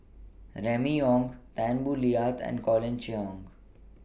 Remy Ong Tan Boo Liat and Colin Cheong